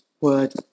word